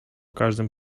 każdym